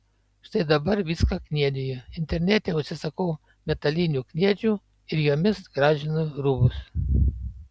štai dabar viską kniediju internete užsisakau metalinių kniedžių ir jomis gražinu rūbus